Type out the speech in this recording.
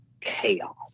chaos